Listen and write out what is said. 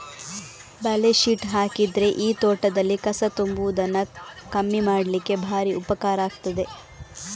ಬಲೆ ಶೀಟ್ ಹಾಕಿದ್ರೆ ಈ ತೋಟದಲ್ಲಿ ಕಸ ತುಂಬುವುದನ್ನ ಕಮ್ಮಿ ಮಾಡ್ಲಿಕ್ಕೆ ಭಾರಿ ಉಪಕಾರ ಆಗ್ತದೆ